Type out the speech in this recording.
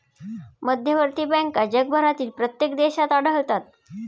मध्यवर्ती बँका जगभरातील प्रत्येक देशात आढळतात